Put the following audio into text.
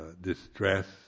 distress